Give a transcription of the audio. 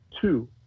two